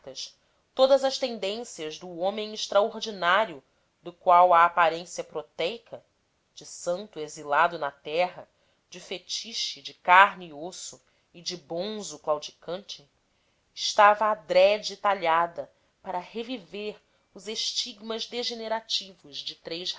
intactas todas as tendências do homem extraordinário do qual a aparência protéica de santo exilado na terra de fetiche de carne e osso e de bonzo claudicante estava adrede talhada para reviver os estigmas degenerativos de três